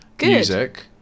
Music